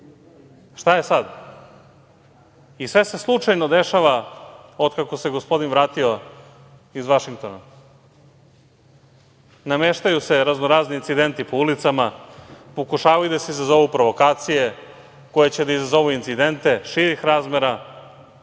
je sad? I, sve se slučajno dešava od kako se gospodin vratio iz Vašingtona. Nameštaju se raznorazni incidenti po ulicama, pokušavaju da izazovu provokacije koje će da izazovu incidente širih razmera,